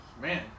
man